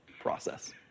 process